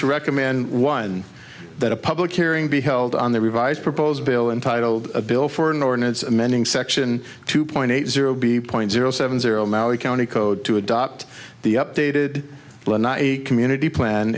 to recommend one that a public hearing be held on the revised proposed bill entitled a bill for an ordinance amending section two point eight zero b point zero seven zero maui county code to adopt the updated community plan